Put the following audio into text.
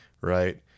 right